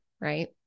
Right